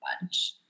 bunch